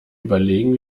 überlegen